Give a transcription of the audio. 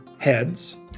heads